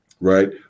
right